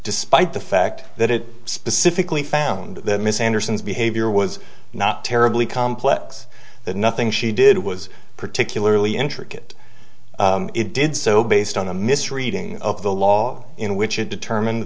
despite the fact that it specifically found that miss anderson's behavior was not terribly complex that nothing she did was particularly intricate it did so based on a misreading of the law in which it determined